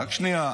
אדוני,